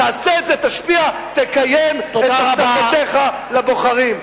תעשה את זה, תשפיע, תקיים את הבטחותיך לבוחרים.